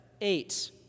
eight